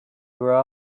grow